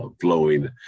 flowing